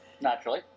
naturally